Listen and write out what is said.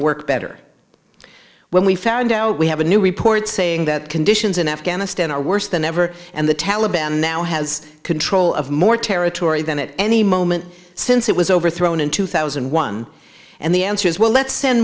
to work better when we found out we have a new report saying that conditions in afghanistan are worse than ever and the taliban now has control of more territory than at any moment since it was overthrown in two thousand and one and the answer is well let's send